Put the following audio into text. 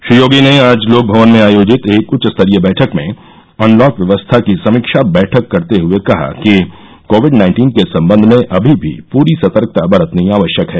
श्री योगी ने आज लोक भवन में आयोजित एक उच्चस्तरीय बैठक में अनलॉक व्यवस्था की समीक्षा बैठक करते हुये कहा कि कोविड नाइन्टीन के सम्बन्ध में अभी भी पूरी सतर्कता दरतनी आवश्यक है